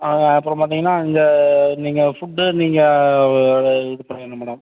அப்புறம் பார்த்திங்கன்னா இந்த நீங்கள் ஃபுட்டு நீங்கள் இது பண்ணிவிடுங்க மேடம்